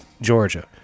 Georgia